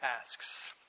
asks